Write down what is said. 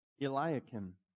Eliakim